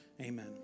Amen